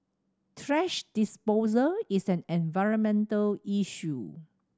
thrash disposal is an environmental issue